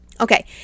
Okay